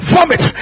Vomit